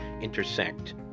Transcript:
intersect